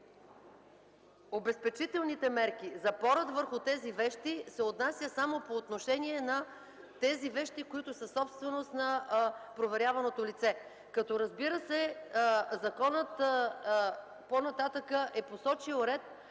обезпечителните мерки, запорът върху тези вещи, се отнася само по отношение на тези вещи, които са собственост на проверяваното лице, като разбира се, законът по-нататък е посочил ред,